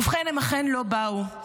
ובכן, הם אכן לא באו.